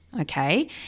Okay